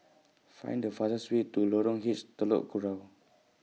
Find The fastest Way to Lorong H Telok Kurau